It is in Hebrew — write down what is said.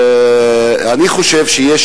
אני חושב שיש